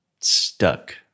stuck